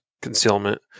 concealment